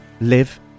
live